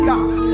God